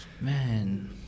Man